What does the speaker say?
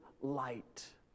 light